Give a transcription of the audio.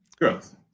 Gross